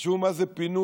תחשבו מה זה פינוי.